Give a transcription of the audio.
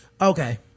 Okay